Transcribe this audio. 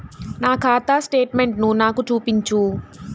నా ఖాతా స్టేట్మెంట్ను నాకు చూపించు